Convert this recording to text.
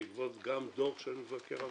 בעקבות גם דוח של מבקר המדינה.